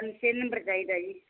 ਮੈਨੂੰ ਛੇ ਨੰਬਰ ਚਾਹੀਦਾ ਜੀ